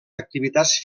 activitats